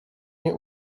nie